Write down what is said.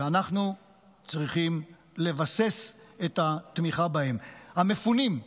ואנחנו צריכים לבסס את התמיכה בהם, המפונים,